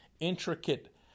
intricate